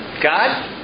God